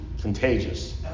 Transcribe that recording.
contagious